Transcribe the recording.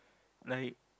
like